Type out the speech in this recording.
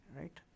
right